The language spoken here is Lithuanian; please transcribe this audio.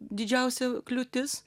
didžiausia kliūtis